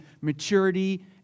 maturity